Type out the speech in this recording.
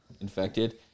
infected